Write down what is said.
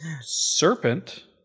Serpent